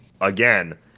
again